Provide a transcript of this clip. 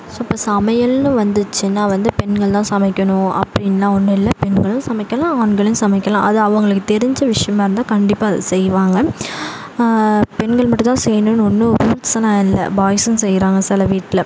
இப்போ சமையல்ன்னு வந்துசுன்னா வந்து பெண்கள் தான் சமைக்கணும் அப்படின்லாம் ஒன்றும் இல்லை பெண்களும் சமைக்கலாம் ஆண்களும் சமைக்கலாம் அது அவங்களுக்கு தெரிஞ்ச விஷயமாக இருந்தா கண்டிப்பாக அதை செய்வாங்க பெண்கள் மட்டுந்தான் செய்யணும்ன்னு ஒன்றும் ரூல்ஸ்லாம் இல்லை பாய்ஸ்சும் செய்றாங்க சில வீட்டில்